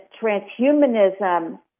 transhumanism